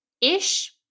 Ish